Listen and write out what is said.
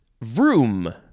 vroom